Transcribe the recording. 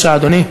בבקשה, אדוני.